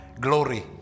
glory